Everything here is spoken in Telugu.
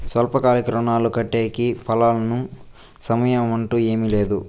స్వల్పకాలిక రుణాలు కట్టేకి ఫలానా సమయం అంటూ ఏమీ లేదు